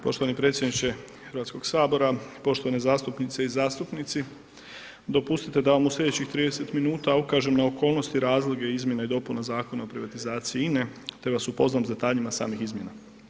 Poštovani predsjedniče HS, poštovane zastupnice i zastupnici, dopustite da vam u slijedećih 30 minuta ukažem na okolnosti, razloge, izmjene i dopuna Zakona o privatizaciji INA-e, te vas upoznam s detaljima samih izmjena.